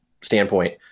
standpoint